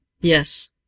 Yes